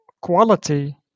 quality